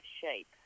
shape